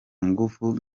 nguvu